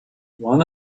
one